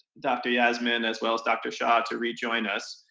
dr. yasmin, as well as dr. shah to rejoin us.